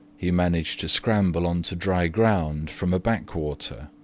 he managed to scramble on to dry ground from a backwater.